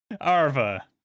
Arva